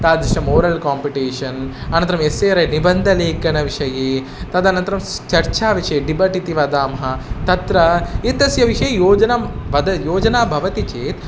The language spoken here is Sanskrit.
तादृशं मोरल् कोम्पिटेशन् अनन्तरम् एस्से रैटि निबन्धलेखनविषये तदनन्तरं स् चर्चाविषये डिबट् इति वदामः तत्र एतस्य विषये योजनां बद योजना भवति चेत्